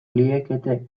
liekete